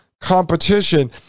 competition